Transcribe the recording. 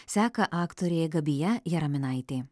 seka aktorė gabija jaraminaitė